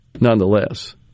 nonetheless